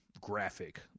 graphic